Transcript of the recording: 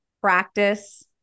practice